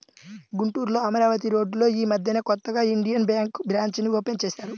గుంటూరులో అమరావతి రోడ్డులో యీ మద్దెనే కొత్తగా ఇండియన్ బ్యేంకు బ్రాంచీని ఓపెన్ చేశారు